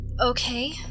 Okay